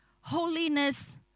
Holiness